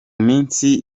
minsi